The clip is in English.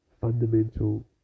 fundamental